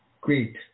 great